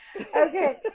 Okay